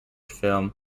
film